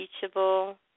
teachable